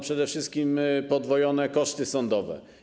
Przede wszystkim podwojone koszty sądowe.